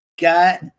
got